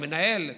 או מנהל.